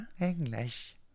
English